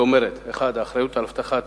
שאומרת: 1. האחריות לאבטחת